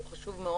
הוא חשוב מאוד,